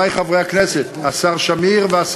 אנחנו גם שמרנו על האיזון הזה בהחלטה